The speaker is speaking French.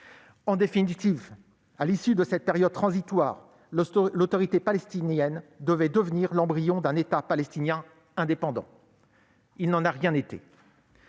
En définitive, à l'issue de cette période transitoire, l'Autorité palestinienne devait devenir l'embryon d'un État palestinien indépendant. Il n'en a rien été.